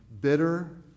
bitter